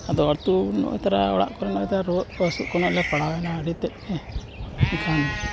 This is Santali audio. ᱟᱫᱚ ᱟᱹᱛᱩ ᱱᱚᱜᱼᱚᱭ ᱛᱚᱨᱟ ᱚᱲᱟᱜ ᱠᱚᱨᱮᱱᱟᱜ ᱡᱟᱦᱟᱸ ᱨᱩᱣᱟᱹᱜ ᱠᱚ ᱦᱟᱹᱥᱩᱜ ᱠᱷᱚᱱᱟᱜ ᱞᱮ ᱯᱟᱲᱟᱣᱮᱱᱟ ᱟᱹᱰᱤ ᱛᱮᱫ ᱮᱱᱠᱷᱟᱱ